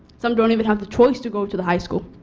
some don't even have the choice to go to the high school.